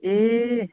ए